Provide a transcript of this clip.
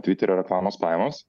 tviterio reklamos pajamos